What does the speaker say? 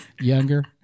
younger